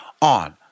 on